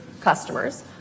customers